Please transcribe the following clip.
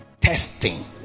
testing